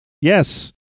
Yes